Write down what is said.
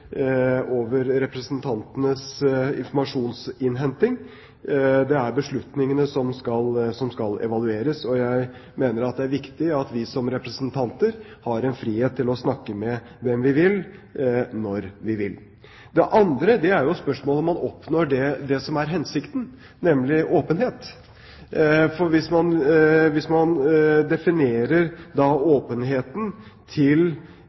representantenes informasjonsinnhenting. Det er beslutningene som skal evalueres, og jeg mener det er viktig at vi som representanter har frihet til å snakke med hvem vi vil, når vi vil. Det andre er spørsmålet om man oppnår det som er hensikten – nemlig åpenhet. Hvis man definerer åpenheten til å gjelde møter som foregår i Stortinget, eller i lokaler i tilknytning til